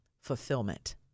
fulfillment